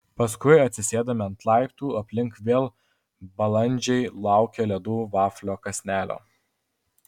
paskui atsisėdame ant laiptų aplink vėl balandžiai laukia ledų vaflio kąsnelio